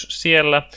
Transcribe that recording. siellä